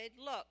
look